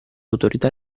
autorità